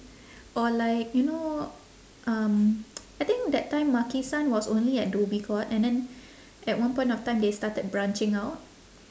or like you know um I think that time makisan was only at dhoby ghaut and then at one point of time they started branching out